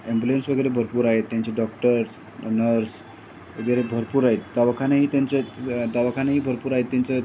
ambulance वगैरे भरपूर आहेत त्यांचे डॉक्टर्स नर्स वगैरे भरपूर आहेत दवाखानेही त्यांच्या दवाखानेही भरपूर आहेत त्यांचे